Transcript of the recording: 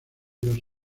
dos